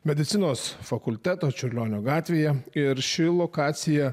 medicinos fakulteto čiurlionio gatvėje ir ši lokacija